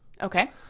Okay